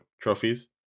trophies